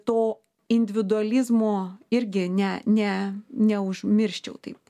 to individualizmo irgi ne ne neužmirščiau taip